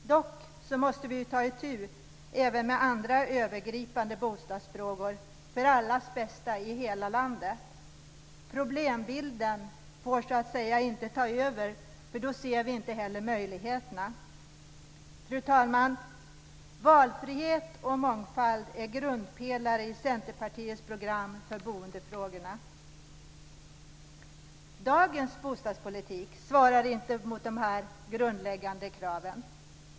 Dock måste vi ta itu även med andra övergripande bostadsfrågor för allas bästa i hela landet. Problembilden får så att säga inte ta över, för då ser vi inte heller möjligheterna. Fru talman! Valfrihet och mångfald är grundpelare i Centerpartiets program för boendefrågorna. Dagens bostadspolitik svarar inte mot de här grundläggande kraven.